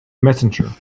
messenger